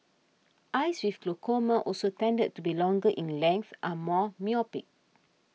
eyes with glaucoma also tended to be longer in length are more myopic